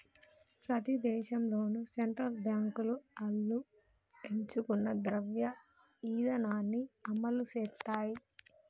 ప్రతి దేశంలోనూ సెంట్రల్ బాంకులు ఆళ్లు ఎంచుకున్న ద్రవ్య ఇదానాన్ని అమలుసేత్తాయి